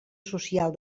social